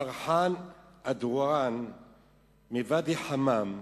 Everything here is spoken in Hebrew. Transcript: עדואן פרחאן, מוואדי-חמאם,